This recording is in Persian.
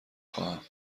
خواهم